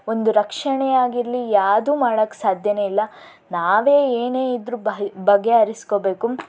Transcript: ಒಂದು ರಕ್ಷಣೆಯಾಗಿರಲಿ ಯಾವುದು ಮಾಡೋಕ್ಕೆ ಸಾಧ್ಯನೇ ಇಲ್ಲ ನಾವೇ ಏನೇ ಇದ್ರು ಬಗೆ ಹರಿಸ್ಕೊಬೇಕು